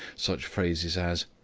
such phrases as,